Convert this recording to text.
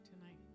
tonight